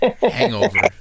Hangover